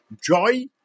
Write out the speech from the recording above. joy